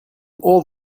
all